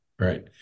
Right